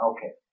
Okay